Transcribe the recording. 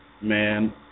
man